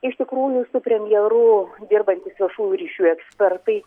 iš tikrųjų su premjeru dirbantys viešųjų ryšių ekspertai